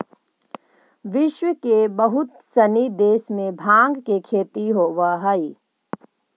विश्व के बहुत सनी देश में भाँग के खेती होवऽ हइ